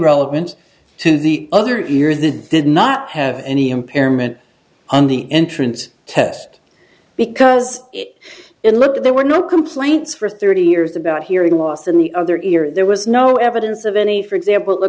relevance to the other ear that did not have any impairment on the entrance test because it looked at there were no complaints for thirty years about hearing loss and the other ear there was no evidence of any for example